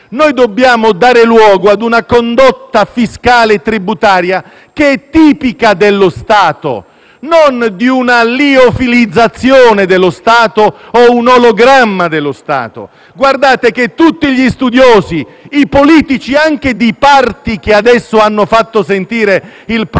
Noi dobbiamo dare luogo a una condotta fiscale e tributaria che è tipica dello Stato e, non di una liofilizzazione dello Stato o di un ologramma dello Stato. Guardate che tutti gli studiosi e i politici, anche di parti che adesso hanno fatto sentire il proprio